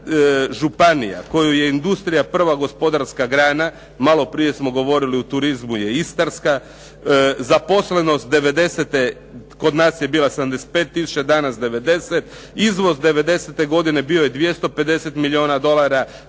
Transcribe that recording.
Jedina županija kojoj je industrija prva gospodarska grana, malo prije smo govorili u turizmu je istarska zaposlenost 90. kod je bila 75 tisuća danas 90, izvoz 90. godine bio je 250 milijuna dolara,